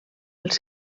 els